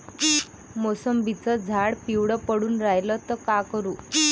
मोसंबीचं झाड पिवळं पडून रायलं त का करू?